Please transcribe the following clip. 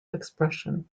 expression